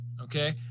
Okay